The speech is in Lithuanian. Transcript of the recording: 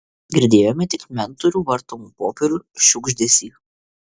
girdėjome tik mentorių vartomų popierių šiugždesį